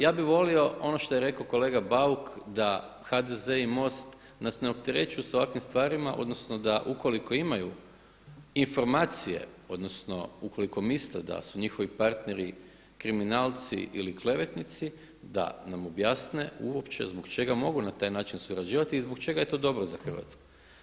Ja bih volio ono što je rekao kolega Bauk da HDZ-e i Most nas ne opterećuju sa ovakvim stvarima odnosno da ukoliko imaju informacije odnosno ukoliko misle da su njihovi partneri kriminalci ili klevetnici da nam objasne uopće zbog čega mogu na taj način surađivati i zbog čega je to dobro za Hrvatsku.